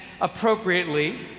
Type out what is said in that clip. appropriately